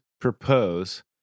propose